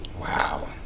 wow